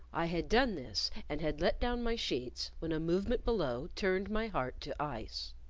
i had done this, and had let down my sheets, when a movement below turned my heart to ice.